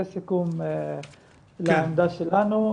זה סיכום לעמדה שלנו,